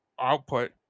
output